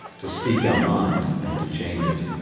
to speak our mind and to change it.